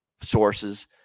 sources